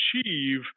achieve